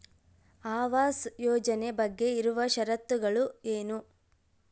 ಆವಾಸ್ ಯೋಜನೆ ಬಗ್ಗೆ ಇರುವ ಶರತ್ತುಗಳು ಏನು?